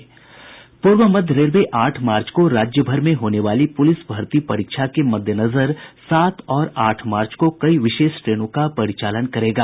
पूर्व मध्य रेलवे आठ मार्च को राज्य भर में होने वाली पूलिस भर्ती परीक्षा के मददेनजर सात और आठ मार्च को कई विशेष ट्रेनों का परिचालन करेगा